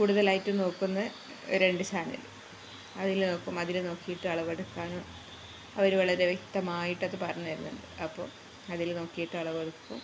കൂടുതലായിട്ടും നോക്കുന്ന രണ്ടു ചാനല് അതില് നോക്കും അതില് നോക്കിയിട്ട് അളവെടുക്കാനും അവര് വളരെ വ്യക്തമായിട്ടതു പറഞ്ഞു തരുന്നുണ്ട് അപ്പോള് അതില് നോക്കിയിട്ട് അളവെടുക്കും